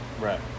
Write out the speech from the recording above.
Right